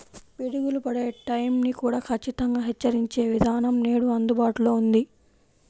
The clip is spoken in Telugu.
పిడుగులు పడే టైం ని కూడా ఖచ్చితంగా హెచ్చరించే విధానం నేడు అందుబాటులో ఉంది